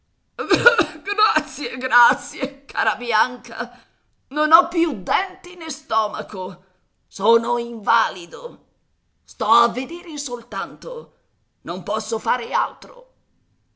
grazie grazie cara bianca non ho più denti né stomaco sono invalido sto a vedere soltanto non posso fare altro